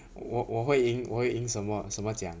我我会赢我会赢什么什么奖